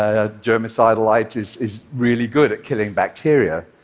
ah germicidal light is is really good at killing bacteria,